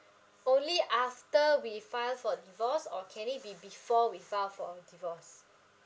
only after we file for divorce or can it be before we file for our divorce